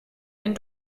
ein